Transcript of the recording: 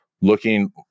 looking